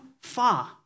far